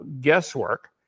guesswork